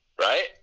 Right